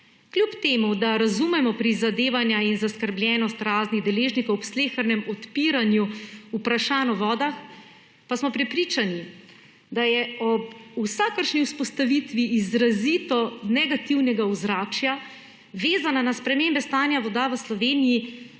Kljub temu da razumemo prizadevanja in zaskrbljenost raznih deležnikov ob slehernem odpiranju vprašanj o vodah, pa smo prepričani, da je ob vsakršni vzpostavitvi izrazito negativnega ozračja, vezani na spremembe stanja voda, v Sloveniji